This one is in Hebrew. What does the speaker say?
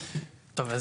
טוב.